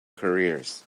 careers